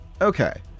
Okay